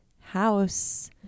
house